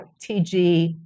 TG